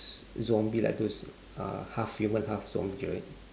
zombie like those uh half human half zombie right